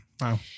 Wow